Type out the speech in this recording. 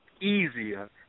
easier